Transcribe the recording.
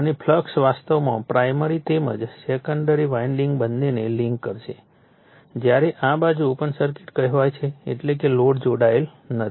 અને ફ્લક્સ વાસ્તવમાં પ્રાઇમરી તેમજ સેકન્ડરી વાઇન્ડિંગ બંનેને લિન્ક કરશે જ્યારે આ બાજુ ઓપન સર્કિટ કહેવાય છે એટલે કે લોડ જોડાયેલ નથી